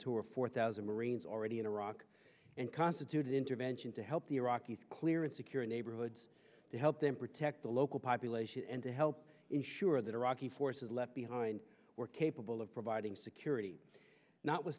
or four thousand marines already in iraq and constitute intervention to help the iraqis clear and secure in neighborhoods to help them protect the local population and to help ensure that iraqi forces left behind were capable of providing security not w